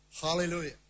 Hallelujah